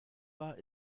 war